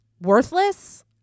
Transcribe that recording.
worthless